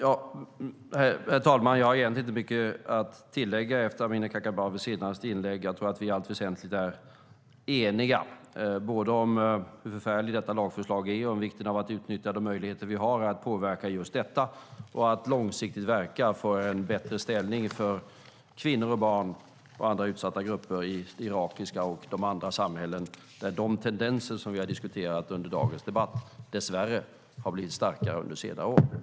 Herr talman! Jag har egentligen inte mycket att tillägga efter Amineh Kakabavehs senaste inlägg. Jag tror att vi i allt väsentligt är eniga, både om hur förfärligt detta lagförslag är och om vikten av att utnyttja de möjligheter som vi har att påverka just detta. Vi ska verka långsiktigt för en bättre ställning för kvinnor och barn och andra utsatta grupper i irakiska och andra samhällen där de tendenser som vi har diskuterat under dagens debatt dess värre har blivit starkare under senare år.